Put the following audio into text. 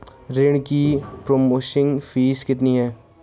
ऋण की processing fees कितनी है?